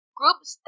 Groups